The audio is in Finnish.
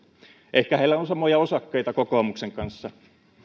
ehkä heillä on samoja osakkeita kokoomuksen kanssa